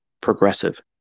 progressive